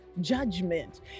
judgment